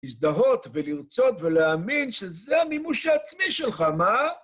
להזדהות ולרצות ולהאמין שזה המימוש העצמי שלך, מה?